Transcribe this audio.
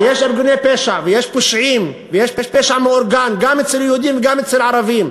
שיש ארגוני פשע ויש פושעים ויש פשע מאורגן גם אצל יהודים וגם אצל ערבים.